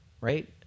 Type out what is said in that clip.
right